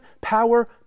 power